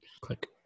Click